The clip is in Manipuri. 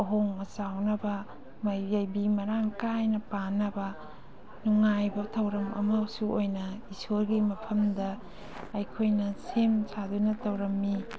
ꯑꯍꯣꯡ ꯑꯆꯥꯎꯅꯕ ꯌꯥꯏꯕꯤ ꯃꯔꯥꯡ ꯀꯥꯏꯅ ꯄꯥꯟꯅꯕ ꯅꯨꯡꯉꯥꯏꯕ ꯊꯧꯔꯝ ꯑꯃꯁꯨ ꯑꯣꯏꯅ ꯏꯁꯣꯔꯒꯤ ꯃꯐꯃꯗ ꯑꯩꯈꯣꯏꯅ ꯁꯦꯝ ꯁꯥꯗꯨꯅ ꯇꯧꯔꯝꯃꯤ